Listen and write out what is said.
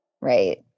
right